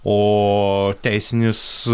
o teisinis